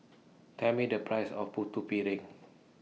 Tell Me The Price of Putu Piring